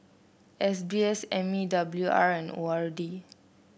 S B S M E W R and O R D